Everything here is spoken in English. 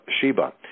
Sheba